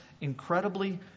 incredibly